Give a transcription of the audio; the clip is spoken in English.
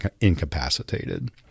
incapacitated